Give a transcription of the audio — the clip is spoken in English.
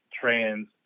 trans